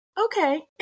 okay